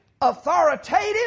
authoritative